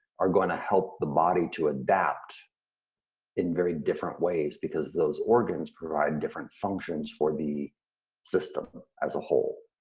are gonna help the body to adapt in very different ways. because those organs provide different functions for the system as a whole.